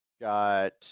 Got